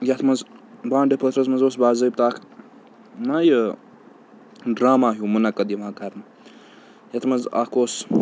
یَتھ منٛز بانٛڈٕ پٲتھرَس منٛز اوس بٲضٲبطہٕ اَکھ نہ یہِ ڈرٛاما ہیوٗ مُنعقد یِوان کَرنہٕ یَتھ منٛز اَکھ اوس